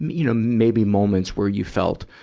you know, maybe moments where you felt,